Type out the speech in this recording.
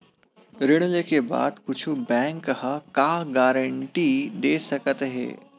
ऋण लेके बाद कुछु बैंक ह का गारेंटी दे सकत हे?